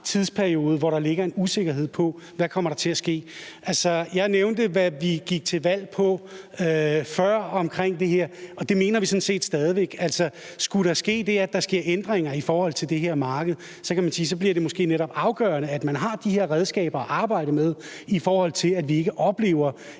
tidsperiode, hvor der ligger en usikkerhed, med hensyn til hvad der kommer til at ske. Jeg nævnte, hvad vi gik til valg på før det her, og det mener vi sådan set stadig væk. Altså, skulle der ske det, at der sker ændringer i forhold til det her marked, kan man sige, at det så måske netop bliver afgørende, at man har de her redskaber at arbejde med – i forhold til at vi ikke oplever